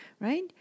right